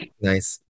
nice